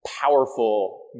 powerful